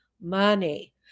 money